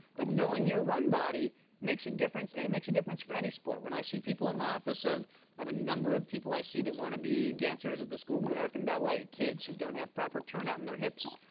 but knowing your run body makes a difference, and it makes a difference for any sport. when i see people in my office of i have a number of people i see that want to be dancers at the school of american ballet, kids who don't have proper turnout in their hips,